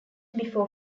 before